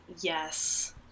yes